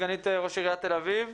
סגנית ראש עיריית תל אביב.